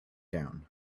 down